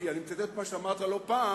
כי אני מצטט את מה שאמרת לא אחת,